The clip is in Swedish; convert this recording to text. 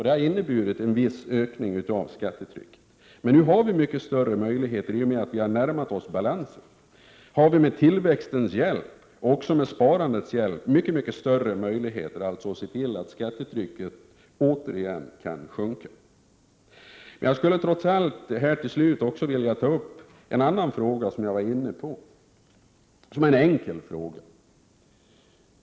Det har inneburit en viss ökning av skattetrycket. Men nu har vi mycket större möjligheter. I och med att vi har närmat oss balansen har vi med tillväxtens hjälp och även med sparandets hjälp mycket större möjligheter att se till att skattetrycket återigen kan sjunka. Men jag skulle trots allt till slut också vilja ta upp en annan fråga som jag var inne på. Det är en enkel fråga.